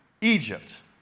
Egypt